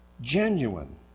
genuine